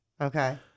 Okay